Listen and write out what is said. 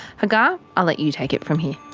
hagar, i'll let you take it from here.